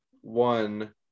one